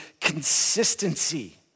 consistency